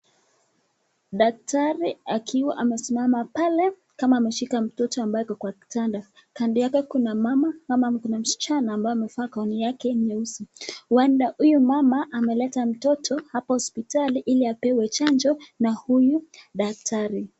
Daktari akiwa amesimama pale kama ameshika mtoto ambaye ako kwa kitanda. Kando yake kuna mama ama kuna msichana ambaye amevaa gauni yake nyeusi. Huenda huyo mama ameleta mtoto hapa hospitali ili apewe chanjo na huyu daktari.